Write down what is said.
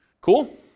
Cool